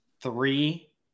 three